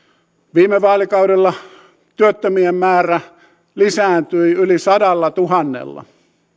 viime vaalikaudella työttömien määrä lisääntyi yli sadallatuhannella